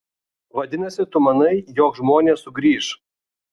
vadinasi tu manai jog žmonės sugrįš